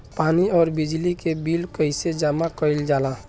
पानी और बिजली के बिल कइसे जमा कइल जाला?